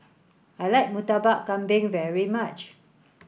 I like Murtabak Kambing very much